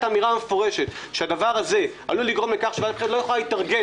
האמירה המפורשת שהדבר הזה עלול לגרום לכך שוועדת הבחירות לא תוכל להתארגן